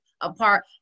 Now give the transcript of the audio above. apart